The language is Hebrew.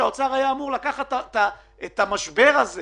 האוצר היה אמור לקחת את המשבר הזה